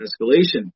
escalation